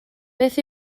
beth